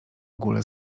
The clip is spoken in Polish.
ogólę